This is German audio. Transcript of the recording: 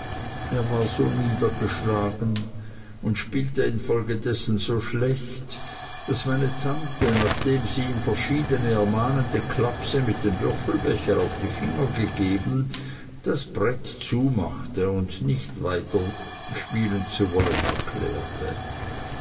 er war so niedergeschlagen und spielte infolgedessen so schlecht daß meine tante nachdem sie ihm verschiedne ermahnende klapse mit dem würfelbecher auf die finger gegeben das brett zumachte und nicht weiter spielen zu wollen erklärte